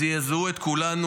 זעזעו את כולנו.